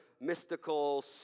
mystical